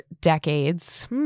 decades